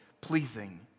pleasing